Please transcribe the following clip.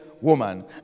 woman